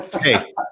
Hey